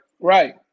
Right